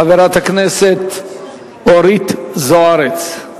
חברת הכנסת אורית זוארץ.